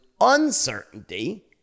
uncertainty